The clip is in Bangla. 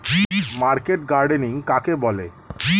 মার্কেট গার্ডেনিং কাকে বলে?